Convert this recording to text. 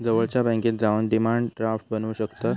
जवळच्या बॅन्केत जाऊन डिमांड ड्राफ्ट बनवू शकतंस